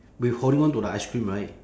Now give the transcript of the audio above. with holding on to the ice cream right